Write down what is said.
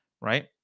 right